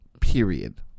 period